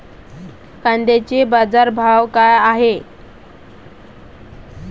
कांद्याचे बाजार भाव का हाये?